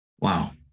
Wow